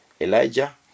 Elijah